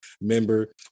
member